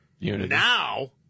now